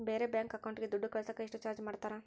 ಬೇರೆ ಬ್ಯಾಂಕ್ ಅಕೌಂಟಿಗೆ ದುಡ್ಡು ಕಳಸಾಕ ಎಷ್ಟು ಚಾರ್ಜ್ ಮಾಡತಾರ?